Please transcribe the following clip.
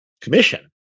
commission